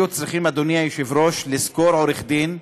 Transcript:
היו צריכים, אדוני היושב-ראש, לשכור עורך-דין,